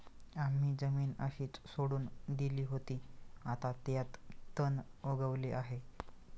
आम्ही जमीन अशीच सोडून दिली होती, आता त्यात तण उगवले आहे